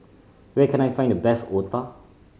where can I find the best otah